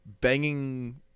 banging